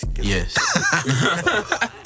Yes